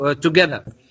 together